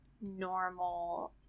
normal